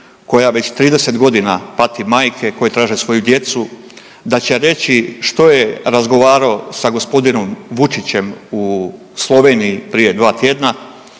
koja već 30 godina pati majke koje traže svoju djecu, da će reći što je razgovarao sa gospodinom Vučićem u Sloveniji prije dva tjedna.